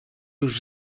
już